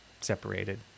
separated